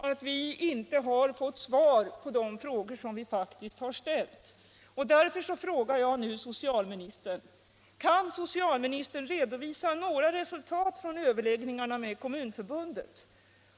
När vi vet detta nu vill jag fråga: Varför tar inte socialministern initiativet till överläggningar nu med de kommunerna?